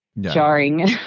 jarring